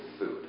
food